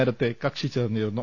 നേരത്തെ കക്ഷി ചേർന്നിരുന്നു